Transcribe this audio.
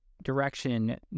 direction